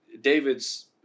David's